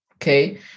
Okay